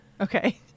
Okay